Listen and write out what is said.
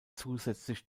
zusätzlich